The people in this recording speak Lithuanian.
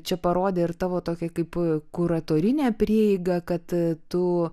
čia parodė ir tavo tokie kaip kuratorinę prieigą kad tu